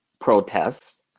protests